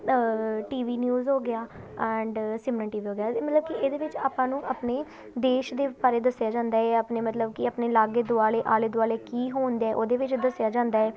T V news ਹੋ ਗਿਆ and Simran T V ਹੋ ਗਿਆ ਮਤਲਬ ਕਿ ਇਹਦੇ ਵਿੱਚ ਆਪਾਂ ਨੂੰ ਆਪਣੇ ਦੇਸ਼ ਦੇ ਬਾਰੇ ਦੱਸਿਆ ਜਾਂਦਾ ਜਾਂ ਆਪਣੇ ਮਤਲਬ ਕਿ ਆਪਣੇ ਲਾਗੇ ਦੁਆਲੇ ਆਲੇ ਦੁਆਲੇ ਕੀ ਹੋਣ ਦਿਆ ਉਹਦੇ ਵਿੱਚ ਦੱਸਿਆ ਜਾਂਦਾ ਹੈ